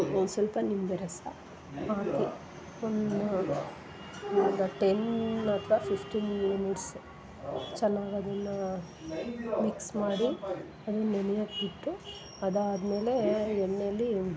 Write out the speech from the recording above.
ಒಂದು ಸ್ವಲ್ಪ ನಿಂಬೆ ರಸ ಹಾಕಿ ಒಂದು ಟೆನ್ ಅಥ್ವಾ ಫಿಫ್ಟೀನ್ ಮಿನಿಟ್ಸು ಚೆನ್ನಾಗಿ ಅದನ್ನು ಮಿಕ್ಸ್ ಮಾಡಿ ಅದನ್ನು ನೆನೆಯಕ್ಕೆ ಬಿಟ್ಟು ಅದಾದ ಮೇಲೆ ಎಣ್ಣೆಲಿ